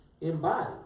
embodied